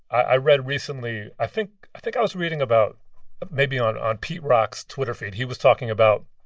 i read recently i think think i was reading about maybe on on pete rock's twitter feed he was talking about